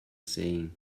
saying